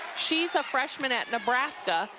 she's a freshman at nebraska,